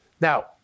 Now